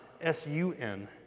S-U-N